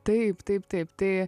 taip taip taip tai